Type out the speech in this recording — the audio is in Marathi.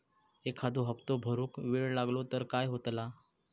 एखादो हप्तो भरुक वेळ लागलो तर काय होतला?